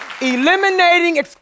Eliminating